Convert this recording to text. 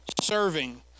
serving